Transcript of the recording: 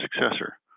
successor